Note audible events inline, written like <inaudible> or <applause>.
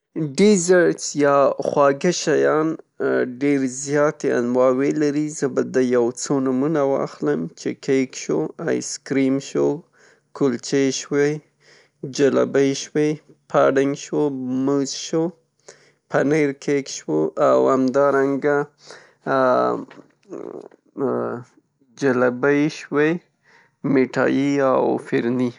ډيزرټز يا خواږه شيان ډېر زياتې انواې لري. زه به د يوڅو نومونه واخلم: چې کېک شو، آيسکريم شو، کلچې شوې، جلبۍ شوې، پډېنګ شو، موز شو، پنېر کېک شو <hesitation> او همدارنګه جلبۍ شوې، ميټايي او فېرني.